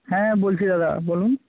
হ্যাঁ বলছি দাদা বলুন